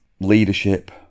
Leadership